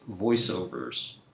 voiceovers